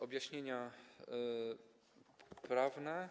Objaśnienia prawne.